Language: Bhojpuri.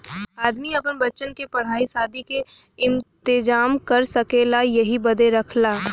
आदमी आपन बच्चन क पढ़ाई सादी के इम्तेजाम कर सकेला यही बदे रखला